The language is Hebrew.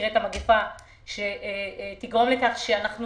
שתגרום לכך שאנחנו